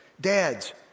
Dads